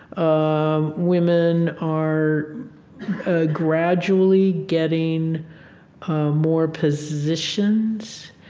um women are ah gradually getting more positions.